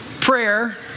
prayer